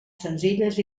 senzilles